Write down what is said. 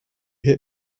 hit